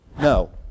No